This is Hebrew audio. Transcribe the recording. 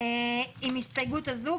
עם ההסתייגות הזו,